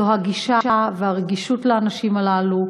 זה הגישה והרגישות לאנשים הללו,